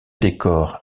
décors